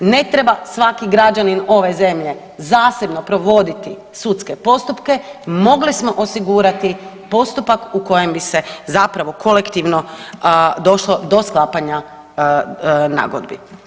Ne treba svaki građanin ove zemlje zasebno provoditi sudske postupke, mogli smo osigurati postupak u kojem bi se zapravo kolektivno došlo do sklapanja nagodbi.